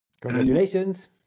Congratulations